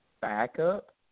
backup